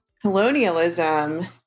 colonialism